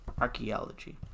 Archaeology